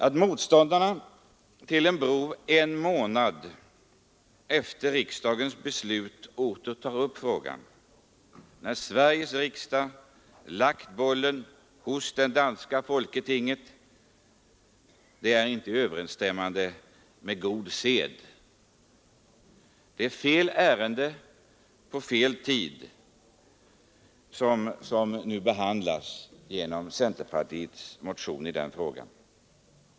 Att motståndarna till en bro en månad efter riksdagens beslut åter tar upp frågan när riksdagen spelat över bollen till det danska folketinget överensstämmer inte med god sed. Vi behandlar nu på grund av centerpartiets motion fel ärende på fel tid.